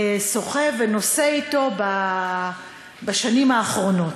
סוחב ונושא אתו בשנים האחרונות.